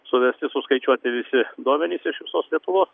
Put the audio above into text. suvesti suskaičiuoti visi duomenys iš visos lietuvos